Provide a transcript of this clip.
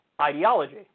ideology